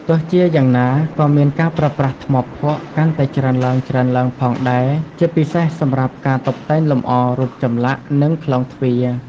ទោះជាយ៉ាងណា ក៏មានការប្រើប្រាស់ ថ្មភក់ កាន់តែច្រើនឡើងៗផងដែរ ជាពិសេសសម្រាប់ការតុបតែងលម្អ រូបចម្លាក់ និងខ្លោងទ្វារ។